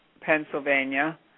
Pennsylvania